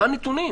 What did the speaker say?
מה הנתונים?